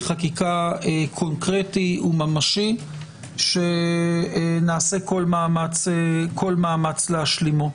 חקיקה קונקרטי וממשי שנעשה כל מאמץ להשלימו.